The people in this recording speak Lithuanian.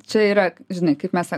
čia yra žinai kaip mes sakom